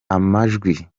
amajwi